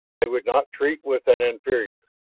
they would not treat with an inferior,